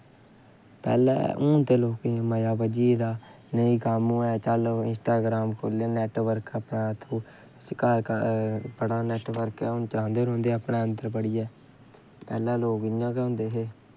हून ते लोकें गी मजा बज्जी गेदा कोई नेईं कम्म हां इंस्टाग्रम खोह्लेआ नैटबर्क अपने हत्थ घर घर हून बड़ा नैटबर्क ऐ चलांदे रौंह्दे अपनै अन्दर बड़ियै पैह्लैं लोग इ'यां गै होंदे हे